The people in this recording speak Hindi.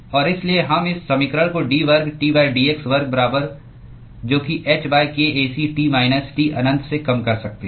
और इसलिए हम इस समीकरण को d वर्ग T dx वर्ग बराबर जो कि h kAc T minus T अनंत से कम कर सकते हैं